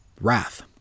wrath